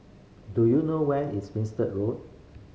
do you know where is Road